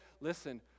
listen